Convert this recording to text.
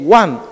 one